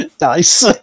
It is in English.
Nice